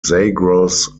zagros